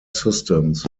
systems